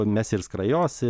mesi ir skrajosi